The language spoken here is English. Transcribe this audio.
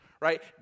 Right